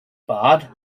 barred